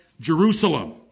Jerusalem